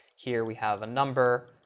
here we have a number,